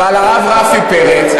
אבל הרב רפי פרץ,